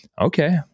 Okay